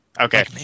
Okay